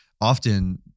often